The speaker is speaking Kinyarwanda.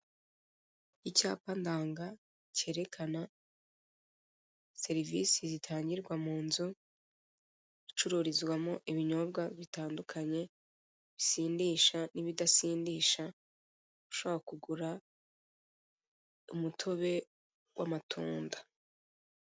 Icyapa ndanga cyerekana serivise zitangwa mu nzu icururizwamo ibinyobwa bitandukanye, bisindisha n'ibidasindisha ushobora kugura umutobe w'amatunda.